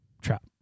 trap